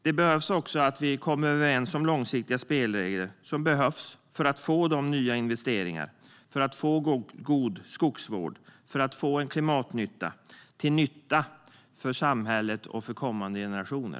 Det behövs också att vi kommer överens om långsiktiga spelregler för att få nya investeringar, god skogsvård och en klimatnytta till gagn för samhället och för kommande generationer.